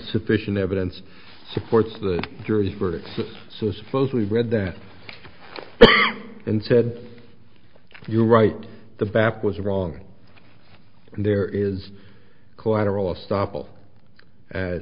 sufficient evidence supports the jury's verdict so suppose we read that and said you're right the back was wrong and there is collateral